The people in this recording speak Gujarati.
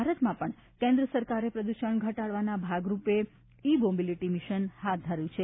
ભારતમાં પણ કેન્દ્ર સરકારે પ્રદ્રષણ ઘટાડવાના ભાગરૂપે ઇ મોબીલીટી મિશન હાથ ધર્યૂં છે